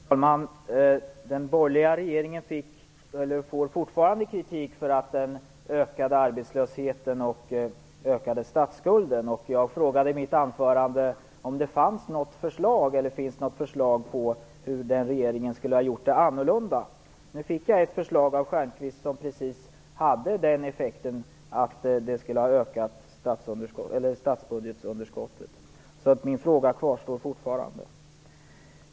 Herr talman! Den borgerliga regeringen fick, och får fortfarande, kritik för att den ökade arbetslösheten och ökade statsskulden. Jag frågade i mitt anförande efter förslag på hur den regeringen skulle kunna ha gjort annorlunda. Nu fick jag ett förslag av Lars Stjernkvist som skulle ha precis den effekten att det hade ökat underskottet i statsbudgeten. Min fråga kvarstår alltså fortfarande.